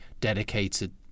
dedicated